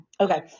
Okay